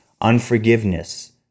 unforgiveness